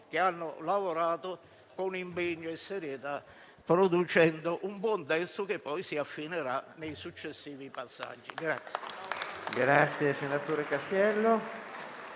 che hanno lavorato con impegno e serietà, producendo un buon testo che poi si affinerà nei successivi passaggi.